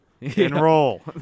Enroll